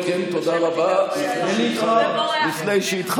הייתי עונה לו: כן, תודה רבה, לפני שיתחרט.